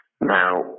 Now